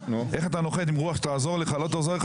איך אתה נוחת עם רוח שתעזור לך או לא תעזור לך